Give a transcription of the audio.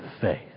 faith